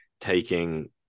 taking